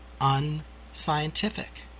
unscientific